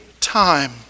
time